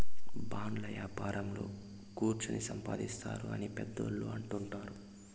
బాండ్ల యాపారంలో కుచ్చోని సంపాదిత్తారు అని పెద్దోళ్ళు అంటుంటారు